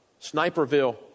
Sniperville